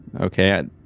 Okay